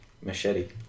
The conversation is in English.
machete